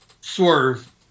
Swerve